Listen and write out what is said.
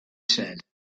said